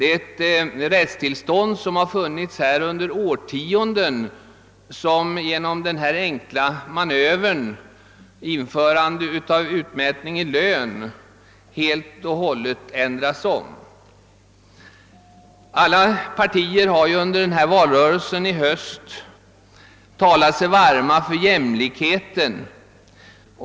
Ett rättstillstånd som har funnits under årtionden ändras om helt och hållet genom denna enkla manöver med införandet av utmätning i lön. Alla partier har ju under valrörelsen i höst talat sig varma för jämlikhet.